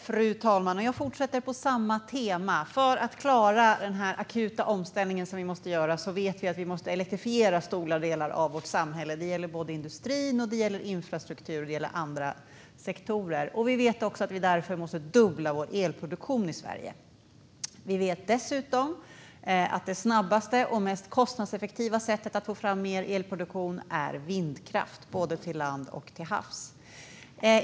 Fru talman! Jag fortsätter på samma tema. Vi vet att vi måste elektrifiera stora delar av vårt samhälle för att klara den akuta omställning som vi måste göra. Det gäller såväl industri som infrastruktur och andra sektorer. Vi vet också att vi därför måste dubbla vår elproduktion i Sverige. Vi vet dessutom att det snabbaste och mest kostnadseffektiva sättet att få fram mer elproduktion är vindkraft, både till land och till havs.